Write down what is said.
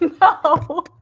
no